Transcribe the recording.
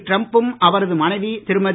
டிரம்பும் அவரது மனைவி திருமதி